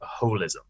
holism